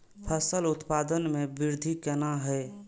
फसल उत्पादन में वृद्धि केना हैं?